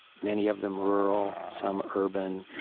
many of them rural, some urban,